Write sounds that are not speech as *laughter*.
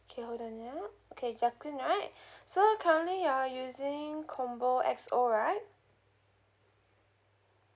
K hold on ya okay jacqueline right *breath* so currently you're using combo X O right